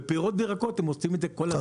בפירות וירקות הן עושות את זה כל הזמן.